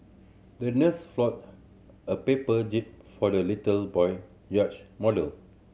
the nurse folded a paper jib for the little boy yacht model